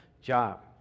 job